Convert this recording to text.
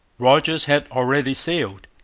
rodgers had already sailed.